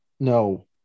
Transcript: No